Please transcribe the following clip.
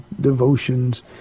devotions